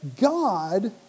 God